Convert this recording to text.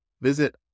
Visit